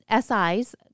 SIs